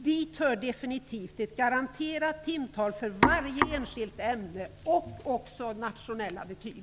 Dit hör definitivt ett garanterat timtal för varje enskilt ämne och även nationella betyg.